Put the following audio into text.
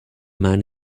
man